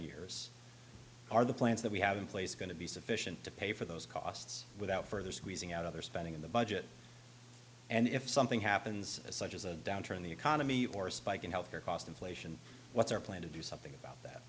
years are the plans that we have in place going to be sufficient to pay for those costs without further squeezing out other spending in the budget and if something happens such as a downturn in the economy or a spike in health care cost inflation what's our plan to do something about